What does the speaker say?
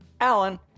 Alan